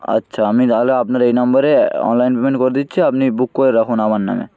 আচ্ছা আমি তাহলে আপনার এই নাম্বারে অনলাইন পেমেন্ট করে দিচ্ছি আপনি বুক করে রাখুন আমার নামে